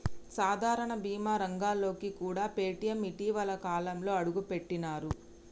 సాధారణ బీమా రంగంలోకి కూడా పేటీఎం ఇటీవలి కాలంలోనే అడుగుపెట్టినరు